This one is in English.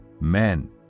Men